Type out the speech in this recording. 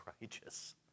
righteous